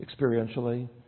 experientially